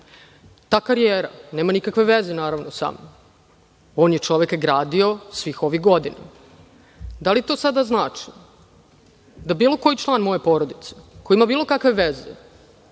Ta karijera nema nikakve veze sa mnom. On je gradio svih ovih godina. Da li to sada znači da bilo koji član moje porodice koji ima bilo kakve veze